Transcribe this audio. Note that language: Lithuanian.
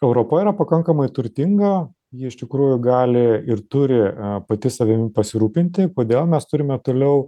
europa yra pakankamai turtinga ji iš tikrųjų gali ir turi pati savimi pasirūpinti kodėl mes turime toliau